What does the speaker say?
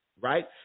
Right